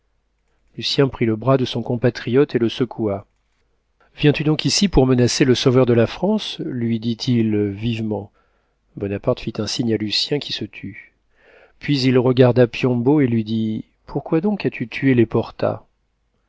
prit le bras de son compatriote et le secoua viens-tu donc ici pour menacer le sauveur de la france lui dit-il vivement bonaparte fit un signe à lucien qui se tut puis il regarda piombo et lui dit pourquoi donc as-tu tué les